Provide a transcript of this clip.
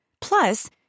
Plus